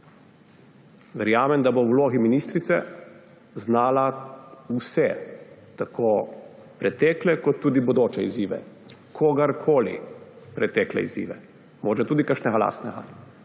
Verjamem, da bo v vlogi ministrice znala vse, tako pretekle kot tudi bodoče izzive, kateregakoli, pretekle izzive, mogoče tudi kakšnega lastnega,